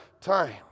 time